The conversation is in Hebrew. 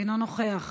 אינו נוכח,